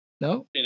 No